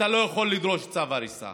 אתה לא יכול לדרוש צו הריסה.